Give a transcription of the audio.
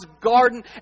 garden